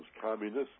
communists